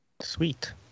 Sweet